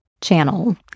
channel